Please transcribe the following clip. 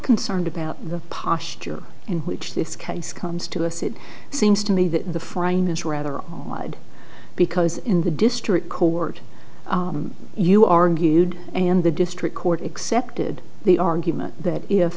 concerned about the posh jury in which this case comes to us it seems to me that the frame is rather all wide because in the district court you argued and the district court accepted the argument that if